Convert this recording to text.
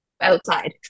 outside